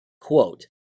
Quote